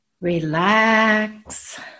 relax